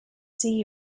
see